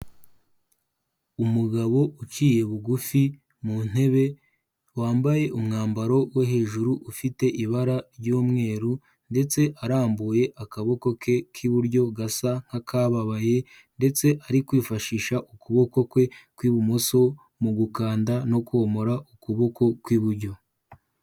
Umugabo uciye bugufi mu ntebe wambaye umwambaro wo hejuru ufite ibara ry'umweru ndetse arambuye akaboko ke k'iburyo gasa nk'akababaye ndetse ari kwifashisha ukuboko kwe kw'ibumoso mu gukanda no komora ukuboko kw'iburyo.